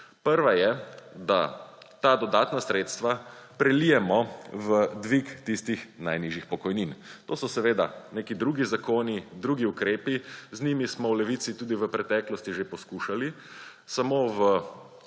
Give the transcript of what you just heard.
Prva je, da ta dodatna sredstva prelijemo v dvig tistih najnižjih pokojnin. To so seveda neki drugi zakoni, drugi ukrepi, z njimi smo v Levici tudi v preteklosti že poskušali. Samo v